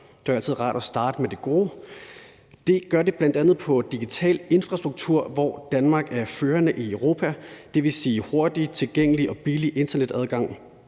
det er jo altid rart at starte med det gode – og det gør det bl.a. i forhold til digital infrastruktur, hvor Danmark er førende i Europa, det vil sige med en hurtig, tilgængelig og billig internetadgang.